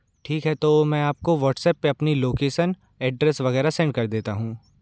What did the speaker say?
ठीक है तो मैं आप को व्हाट्सएप पे अपनी लोकेसन ऐड्रेस वगैरह सेंड कर देता हूँ